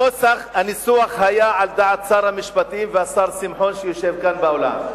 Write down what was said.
הנוסח היה על דעת שר המשפטים והשר שמחון שיושב כאן באולם.